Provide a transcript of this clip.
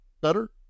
Better